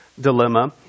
dilemma